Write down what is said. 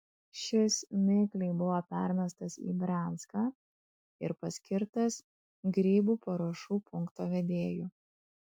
šis mikliai buvo permestas į brianską ir paskirtas grybų paruošų punkto vedėju